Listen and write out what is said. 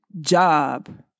job